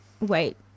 wait